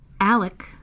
Alec